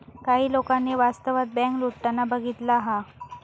काही लोकांनी वास्तवात बँक लुटताना बघितला हा